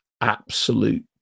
absolute